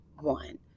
one